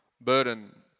burden